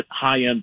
high-end